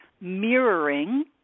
mirroring